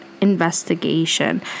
investigation